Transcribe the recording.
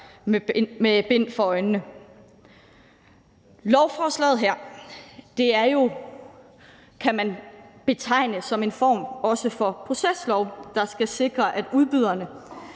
med bind for øjnene. Lovforslaget her kan man betegne som en form for proceslov, der skal sikre, at udbyderne